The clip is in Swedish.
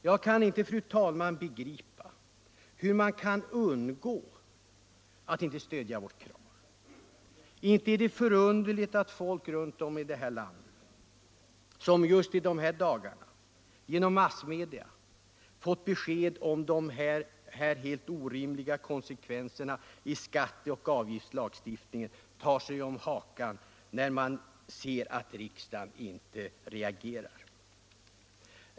Jag kan inte, fru talman, begripa hur man kan undgå att stödja vårt krav. Inte är det underligt att människor runt om i vårt land som just i dessa dagar genom massmedia fått besked om dessa orimliga konsekvenser i skatteoch avgiftslagstiftningen tar sig om hakan när de ser att riksdagen inte reagerar.